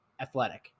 athletic